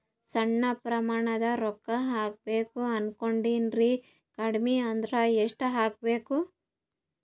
ಸಣ್ಣ ಪ್ರಮಾಣದ ರೊಕ್ಕ ಹಾಕಬೇಕು ಅನಕೊಂಡಿನ್ರಿ ಕಡಿಮಿ ಅಂದ್ರ ಎಷ್ಟ ಹಾಕಬೇಕು?